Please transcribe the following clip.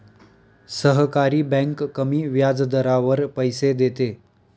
सहकारी बँक कमी व्याजदरावर पैसे देते